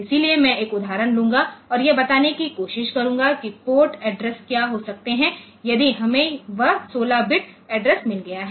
इसलिए मैं एक उदाहरण लूंगा और यह बताने की कोशिश करूंगा कि पोर्ट एड्रेस क्या हो सकते हैं यदि मुझे वह 16 बिट एड्रेस मिल गया है